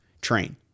train